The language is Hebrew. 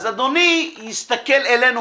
אז אדוני יסתכל אלינו,